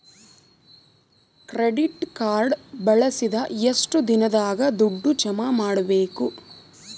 Credit card ಬಳಸಿದ ಎಷ್ಟು ದಿನದಾಗ ದುಡ್ಡು ಜಮಾ ಮಾಡ್ಬೇಕು?